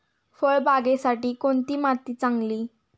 फळबागेसाठी कोणती माती चांगली?